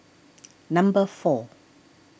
number four